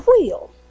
wheel